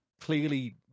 clearly